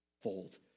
fold